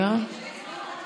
היבה יזבק